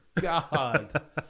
God